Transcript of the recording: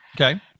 Okay